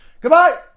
Goodbye